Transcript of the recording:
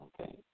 Okay